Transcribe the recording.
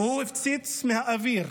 והוא הפציץ מהאוויר,